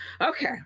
Okay